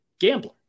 gambler